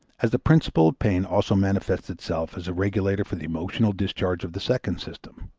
as the principle of pain also manifests itself as a regulator for the emotional discharge of the second system